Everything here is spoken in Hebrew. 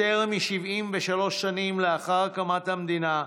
יותר מ-73 שנים לאחר הקמת המדינה,